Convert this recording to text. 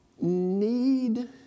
need